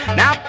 now